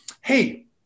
hey